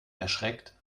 erschreckt